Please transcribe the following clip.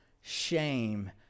shame